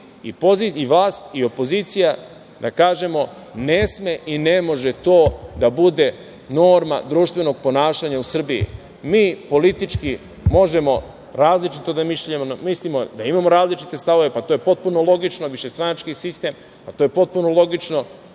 i vlast i opozicija da kažemo - ne sme i ne može to da bude norma društvenog ponašanja u Srbiji. Mi politički možemo različito da mislimo, da imamo različite stavove, to je potpuno logično, višestranački sistem, nije dobro da po